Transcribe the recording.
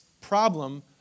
problem